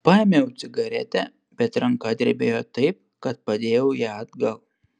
paėmiau cigaretę bet ranka drebėjo taip kad padėjau ją atgal